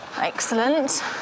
Excellent